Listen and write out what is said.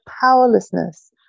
powerlessness